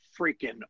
freaking